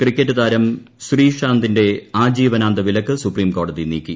cricket താരം ശ്രീശാന്തിന്റെ ആജീവനാന്ത വിലക്ക് സുപ്രീം കോടതി നീക്കി